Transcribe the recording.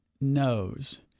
knows